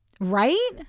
right